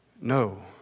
No